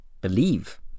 believe